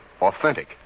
Authentic